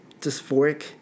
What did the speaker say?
dysphoric